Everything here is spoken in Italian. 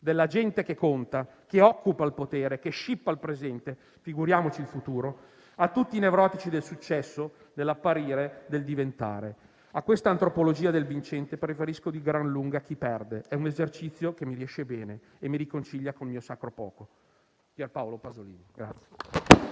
della gente che conta, che occupa il potere, che scippa il presente, figuriamoci il futuro, a tutti i nevrotici del successo, dell'apparire, del diventare… A questa antropologia del vincente preferisco di gran lunga chi perde. È un esercizio che mi riesce bene. E mi riconcilia con il mio sacro poco». (Pier Paolo Pasolini).